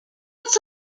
else